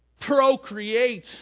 procreate